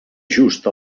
just